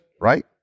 Right